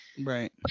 Right